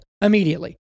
immediately